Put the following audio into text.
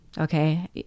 okay